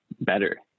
better